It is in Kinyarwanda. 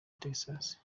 texas